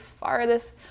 farthest